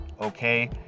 okay